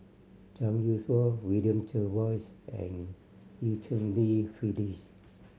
Zhang Youshuo William Jervois and Eu Cheng Li Phyllis